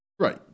right